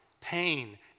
pain